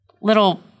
little